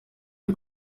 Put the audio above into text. ari